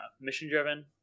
mission-driven